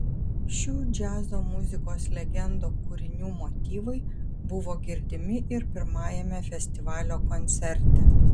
šių džiazo muzikos legendų kūrinių motyvai buvo girdimi ir pirmajame festivalio koncerte